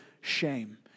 shame